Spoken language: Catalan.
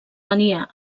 venia